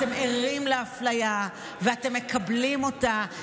אתם ערים לאפליה ואתם מקבלים אותה,